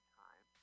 time